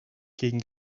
gegen